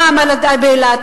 מע"מ באילת,